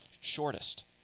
shortest